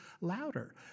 louder